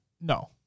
No